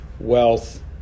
wealth